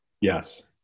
Yes